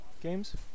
games